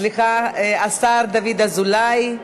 סליחה, השר דוד אזולאי.